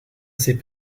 ces